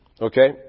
okay